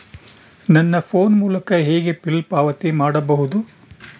ನನ್ನ ಫೋನ್ ಮೂಲಕ ಹೇಗೆ ಬಿಲ್ ಪಾವತಿ ಮಾಡಬಹುದು?